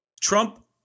Trump